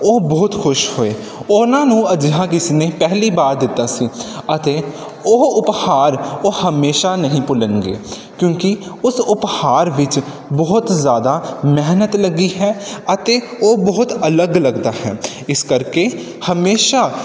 ਉਹ ਬਹੁਤ ਖੁਸ਼ ਹੋਏ ਉਹਨਾਂ ਨੂੰ ਅਜਿਹਾ ਕਿਸੇ ਨੇ ਪਹਿਲੀ ਵਾਰ ਦਿੱਤਾ ਸੀ ਅਤੇ ਉਹ ਉਪਹਾਰ ਉਹ ਹਮੇਸ਼ਾਂ ਨਹੀਂ ਭੁੱਲਣਗੇ ਕਿਉਂਕਿ ਉਸ ਉਪਹਾਰ ਵਿੱਚ ਬਹੁਤ ਜ਼ਿਆਦਾ ਮਿਹਨਤ ਲੱਗੀ ਹੈ ਅਤੇ ਉਹ ਬਹੁਤ ਅਲੱਗ ਲੱਗਦਾ ਹੈ ਇਸ ਕਰਕੇ ਹਮੇਸ਼ਾਂ